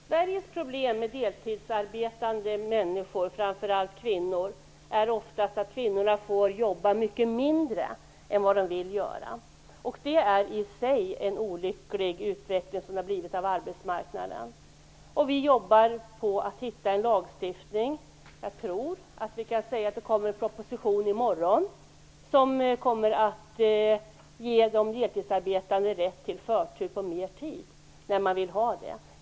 Fru talman! Sveriges problem med deltidsarbetande människor, framför allt kvinnor, är oftast att kvinnorna får jobba mycket mindre än vad de vill göra. Det är i sig en olycklig utveckling som har skett på arbetsmarknaden. Vi jobbar på att hitta en lagstiftning. Jag tror att vi kan säga att det kommer en proposition i morgon som kommer att ge de deltidsarbetande rätt till förtur till mer tid för dem som vill ha det.